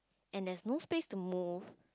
and there is no space to move